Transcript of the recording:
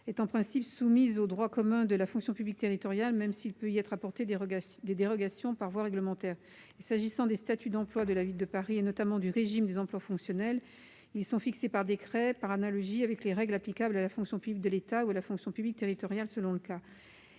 est en principe soumise au droit commun de la fonction publique territoriale, même s'il peut y être apporté des dérogations par voie réglementaire. S'agissant des statuts d'emplois, notamment du régime des emplois fonctionnels, ils sont fixés, par décret, par analogie avec les règles applicables à la fonction publique de l'État ou à la fonction publique territoriale selon le cas.